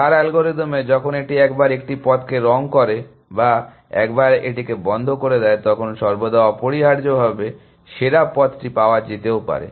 star অ্যালগরিদমে যখন এটি একবার একটি পথকে রঙ করে বা একবার এটিকে বন্ধ করে দেয় তখন সর্বদা অপরিহার্যভাবে সেরা পথটি পাওয়া যেতেও পারে